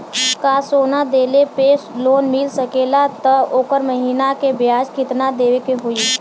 का सोना देले पे लोन मिल सकेला त ओकर महीना के ब्याज कितनादेवे के होई?